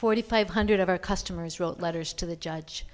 forty five hundred of our customers wrote letters to the judge